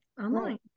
online